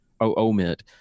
omit